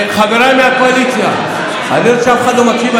חבריי מהקואליציה, אני רואה שאף אחד לא מקשיב.